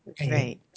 Right